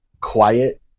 quiet